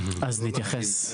אז נתייחס.